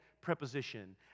preposition